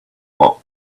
what